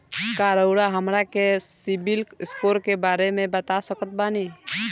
का रउआ हमरा के सिबिल स्कोर के बारे में बता सकत बानी?